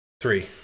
Three